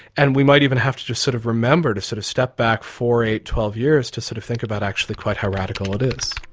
and we might even have to to sort of remember to sort of step back four, eight, twelve years to sort of think about actually quite how radical it is.